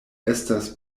estas